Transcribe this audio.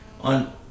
on